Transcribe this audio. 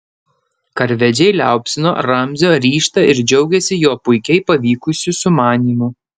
karvedžiai liaupsino ramzio ryžtą ir džiaugėsi jo puikiai pavykusiu sumanymu